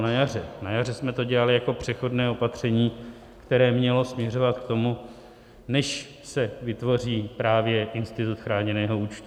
Na jaře jsme to dělali jako přechodné opatření, které mělo směřovat k tomu, než se vytvoří právě institut chráněného účtu.